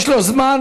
יש לו זמן.